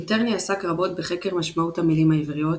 מיטרני עסק רבות בחקר משמעות המילים העבריות,